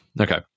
okay